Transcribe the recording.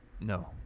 No